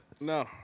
No